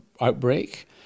outbreak